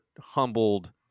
humbled